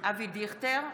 אבי דיכטר,